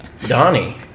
Donnie